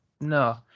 No